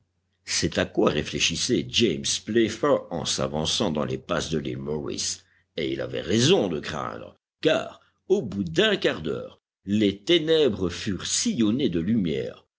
c'est à quoi réfléchissait james playfair en s'avançant dans les passes de l'île morris et il avait raison de craindre car au bout d'un quart d'heure les ténèbres furent sillonnées de lumières